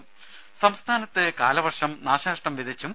രും സംസ്ഥാനത്ത് കാലവർഷം നാശനഷ്ടം വിതച്ചു